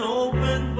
open